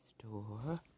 Store